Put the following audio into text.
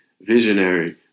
visionary